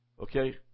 Okay